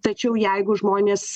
tačiau jeigu žmonės